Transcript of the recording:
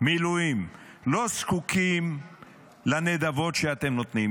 מילואים לא זקוקים לנדבות שאתם נותנים,